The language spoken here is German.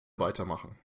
weitermachen